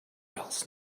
else